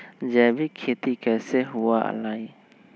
जैविक खेती कैसे हुआ लाई?